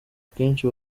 akenshi